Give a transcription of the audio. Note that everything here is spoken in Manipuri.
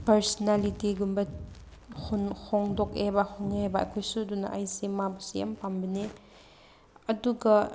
ꯄꯔꯁꯅꯦꯂꯤꯇꯤꯒꯨꯝꯕ ꯍꯣꯡꯗꯣꯛꯑꯦ ꯍꯥꯏꯕ ꯍꯣꯡꯉꯦꯕ ꯑꯩꯈꯣꯏꯁꯨ ꯑꯗꯨꯅ ꯑꯩꯁꯦ ꯃꯥꯕꯨꯁꯨ ꯌꯥꯝ ꯄꯥꯝꯕꯅꯦ ꯑꯗꯨꯒ